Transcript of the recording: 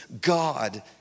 God